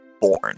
born